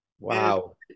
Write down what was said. Wow